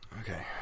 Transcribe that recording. Okay